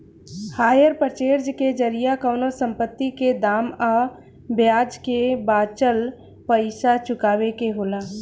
hire purchase के जरिया कवनो संपत्ति के दाम आ ब्याज के बाचल पइसा चुकावे के होला